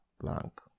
blank